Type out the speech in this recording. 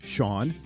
Sean